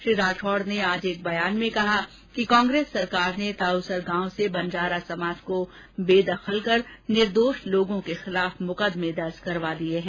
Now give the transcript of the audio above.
श्री राठौड ने आज एक बयान में कहा कि कांग्रेस सरकार ने ताऊसर गाँव से बंजारा समाज को बेदखल कर निर्दोष लोगों के खिलाफ मुकदमे दर्ज करवा दिए है